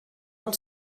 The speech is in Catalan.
del